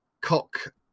cock